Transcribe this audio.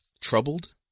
troubled